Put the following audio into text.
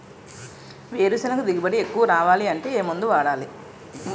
వేరుసెనగ దిగుబడి ఎక్కువ రావాలి అంటే ఏ మందు వాడాలి?